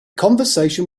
conversation